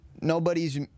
nobody's